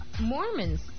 Mormons